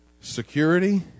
security